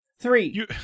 three